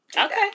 Okay